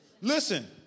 Listen